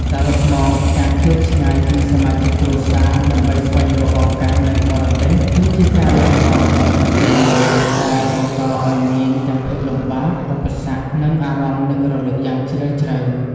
សរុបមក ការឃ្លាតឆ្ងាយពីសមាជិកគ្រួសារដើម្បីស្វែងរកឱកាសនៅបរទេស គឺជាការលះបង់ដ៏ធំធេងមួយ ដែលបង្កឲ្យមានទាំងភាពលំបាក ឧបសគ្គ និងអារម្មណ៍នឹករលឹកយ៉ាងជ្រាលជ្រៅ។